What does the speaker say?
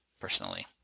Personally